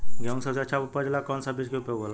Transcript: गेहूँ के सबसे अच्छा उपज ला कौन सा बिज के उपयोग होला?